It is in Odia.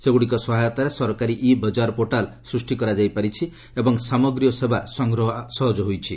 ସେଗୁଡ଼ିକ ସହାୟତାରେ ସରକାରୀ ଇ ବଜାର ପୋର୍ଟାଲ୍ ସୃଷ୍ଟି କରାଯାଇପାରିଛି ଏବଂ ସାମଗ୍ରୀ ଓ ସେବା ସଂଗ୍ରହ ସହଜ ହୋଇଛି